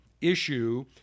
issue